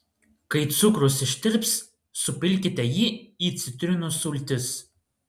kai cukrus ištirps supilkite jį į citrinų sultis